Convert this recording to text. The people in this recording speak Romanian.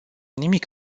nimic